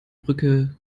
brücke